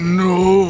no